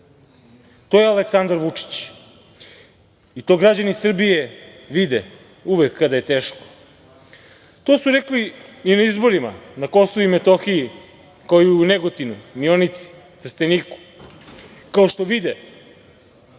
to je Aleksandar Vučić. To građani Srbije vide uvek kada je teško. To su rekli i na izborima na Kosovu i Metohiji, kao i u Negotinu, Mionici, Trsteniku, kao što vide